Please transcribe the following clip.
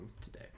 today